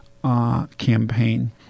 Campaign